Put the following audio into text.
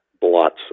blots